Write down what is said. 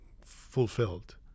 fulfilled